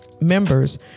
members